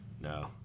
no